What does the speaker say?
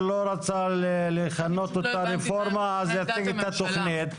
לא רצה לכנות זאת רפורמה את התוכנית.